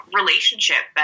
relationship